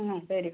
ആ വരൂ